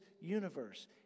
universe